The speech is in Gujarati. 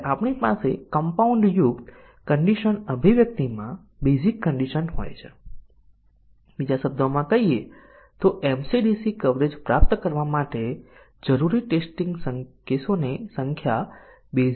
તેથી જો આપણી પાસે બ્રાંચના અભિવ્યક્તિમાં n એટોમિક વાક્યો છે તો પછી અમને 2n ટેસ્ટીંગ ના કેસોની જરૂર છે